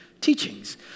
teachings